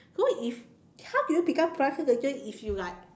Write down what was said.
so if how do you become plastic surgeon if you like